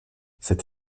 cette